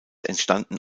entstanden